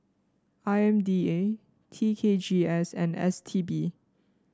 I M D A T K G S and S T B